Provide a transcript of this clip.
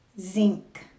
Zinc